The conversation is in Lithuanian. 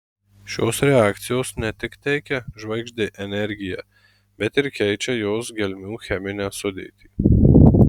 šios reakcijos ne tik teikia žvaigždei energiją bet ir keičia jos gelmių cheminę sudėtį